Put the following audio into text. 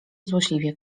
złośliwie